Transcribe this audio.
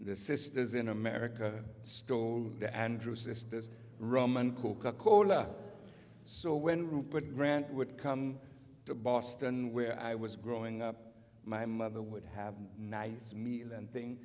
sisters in america storm the andrew sisters roman coca cola so when rupert grant would come to boston where i was growing up my mother would have a nice meal and thing